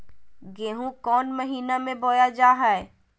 गेहूँ कौन महीना में बोया जा हाय?